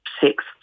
six